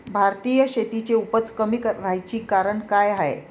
भारतीय शेतीची उपज कमी राहाची कारन का हाय?